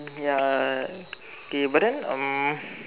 ya okay but then um